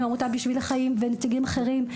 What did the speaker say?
עמותת "בשביל החיים" ונציגים אחרים.